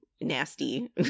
nasty